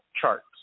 charts